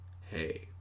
Hey